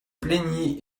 plaignit